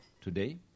today